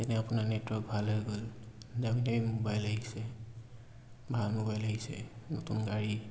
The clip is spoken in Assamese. যেনে আপোনাৰ নেটৱৰ্ক ভাল হৈ গ'ল দামী দামী মোবাইল আহিছে ভাল মোবাইল আহিছে নতুন গাড়ী